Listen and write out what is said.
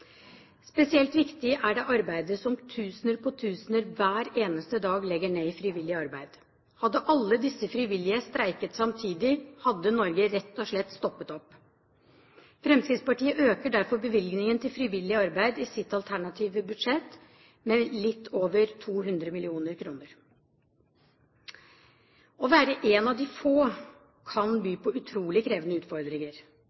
Spesielt viktig er det arbeidet som tusener på tusener hver eneste dag legger ned i frivillig arbeid. Hadde alle disse frivillige streiket samtidig, hadde Norge rett og slett stoppet opp. Fremskrittspartiet øker derfor bevilgningen til frivillig arbeid i sitt alternative budsjett med litt over 200 mill. kr. Å være en av de få kan